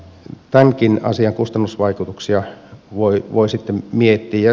tämänkin asian kustannusvaikutuksia voi sitten miettiä